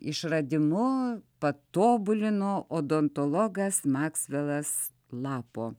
išradimu patobulino odontologas maksvelas lapo